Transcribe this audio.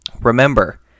remember